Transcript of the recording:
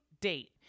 date